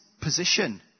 position